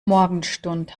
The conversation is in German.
morgenstund